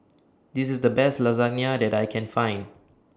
This IS The Best Lasagne that I Can Find